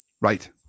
Right